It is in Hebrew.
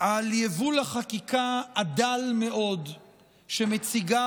על יבול החקיקה הדל מאוד שמציגה